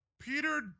Peter